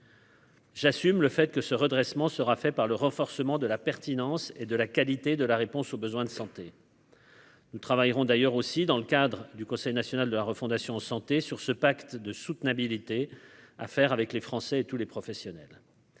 J'assume le fait que ce redressement sera fait par le renforcement de la pertinence et de la qualité de la réponse aux besoins de santé. Nous travaillerons d'ailleurs aussi dans le cadre du Conseil national de la refondation santé sur ce pacte de soutenabilité à faire avec les Français et tous les professionnels.